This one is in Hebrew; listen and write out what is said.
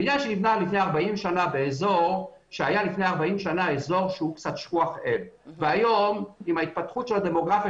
בניין שנבנה לפני 40 שנה באזור שהיה שכוח אל והיום עם התפתחות הדמוגרפיה